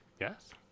Yes